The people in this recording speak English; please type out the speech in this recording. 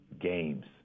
games